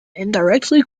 indirectly